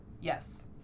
Yes